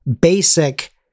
basic